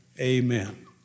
Amen